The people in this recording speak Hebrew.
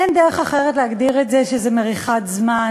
אין דרך אחרת להגדיר את זה אלא שזה מריחת זמן.